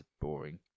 boring